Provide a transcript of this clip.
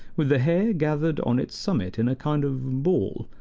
with the hair gathered on its summit in a kind of ball.